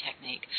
Technique